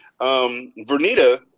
Vernita